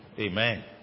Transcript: Amen